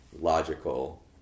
logical